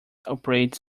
operates